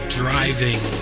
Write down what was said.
driving